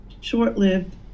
short-lived